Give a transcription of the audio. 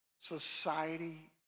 Society